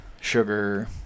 sugar